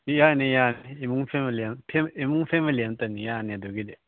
ꯌꯥꯅꯤ ꯌꯥꯅꯤ ꯏꯃꯨꯡ ꯐꯦꯃꯥꯂꯤ ꯑꯃ ꯏꯃꯨꯡ ꯐꯦꯃꯥꯂꯤ ꯑꯃꯇꯅꯤ ꯌꯥꯔꯅꯤ ꯑꯗꯨꯒꯤꯗꯤ